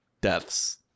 deaths